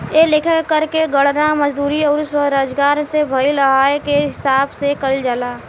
ए लेखा के कर के गणना मजदूरी अउर स्वरोजगार से भईल आय के हिसाब से कईल जाला